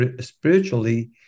spiritually